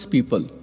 People